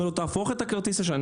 הוא אומר לו תהפוך את כרטיס האשראי.